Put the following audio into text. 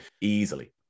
easily